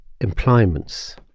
employments